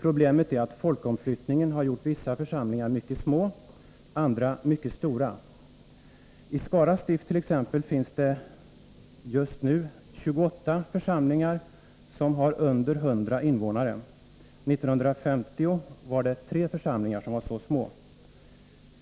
Problemet är att folkomflyttningen har gjort vissa församlingar mycket små och andra mycket stora. I t.ex. Skara stift finns det f. n. 28 församlingar som har under 100 invånare — år 1950 var endast 3 församlingar så små.